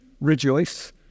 Rejoice